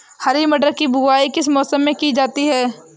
हरी मटर की बुवाई किस मौसम में की जाती है?